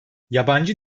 yabancı